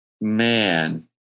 man